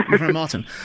Martin